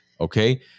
Okay